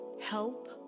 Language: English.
help